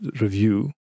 review